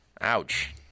Ouch